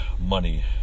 money